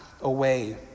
away